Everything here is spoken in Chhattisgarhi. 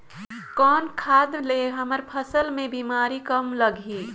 कौन खाद ले हमर फसल मे बीमारी कम लगही?